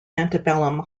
antebellum